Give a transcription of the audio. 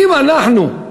אם אנחנו,